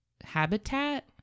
habitat